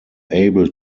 able